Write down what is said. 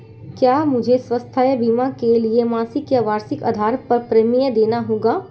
क्या मुझे स्वास्थ्य बीमा के लिए मासिक या वार्षिक आधार पर प्रीमियम देना होगा?